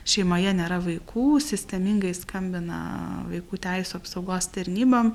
šeimoje nėra vaikų sistemingai skambina vaikų teisių apsaugos tarnybom